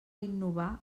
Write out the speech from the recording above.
innovar